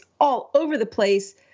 all-over-the-place